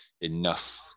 enough